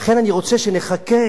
לכן אני רוצה שנחקה